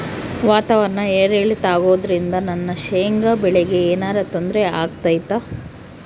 ವಾತಾವರಣ ಏರಿಳಿತ ಅಗೋದ್ರಿಂದ ನನ್ನ ಶೇಂಗಾ ಬೆಳೆಗೆ ಏನರ ತೊಂದ್ರೆ ಆಗ್ತೈತಾ?